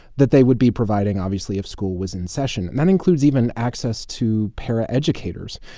that they would be providing, obviously, if school was in session. and that includes even access to paraeducators.